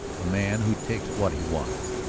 a man who takes what he wants.